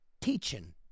Teaching